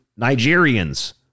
Nigerians